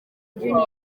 junior